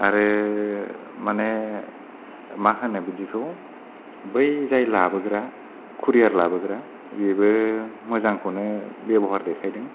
आरो माने मा होनो बिदिखौ बै जाय लाबोग्रा कुरियार लाबोग्रा बेबो मोजां खौनो बेब'हार देखायदों